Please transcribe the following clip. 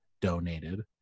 donated